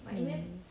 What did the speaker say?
mm